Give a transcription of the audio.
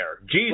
Jesus